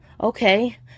Okay